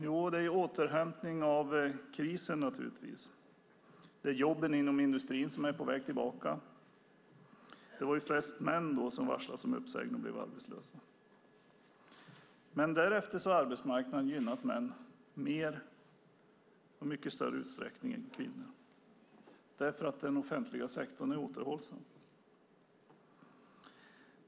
Ja, det handlar naturligtvis om en återhämtning av krisen. Jobben inom industrin är på väg tillbaka. Det var flest män som varslades om uppsägning och blev arbetslösa. Men därefter har arbetsmarknaden gynnat män i mycket större utsträckning än kvinnor, eftersom den offentliga sektorn är återhållsam.